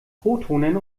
protonen